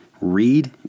read